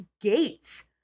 gates